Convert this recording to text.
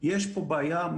תודה רבה.